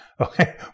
Okay